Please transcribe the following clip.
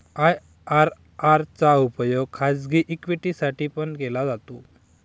IRR चा उपयोग खाजगी इक्विटी साठी पण केला जातो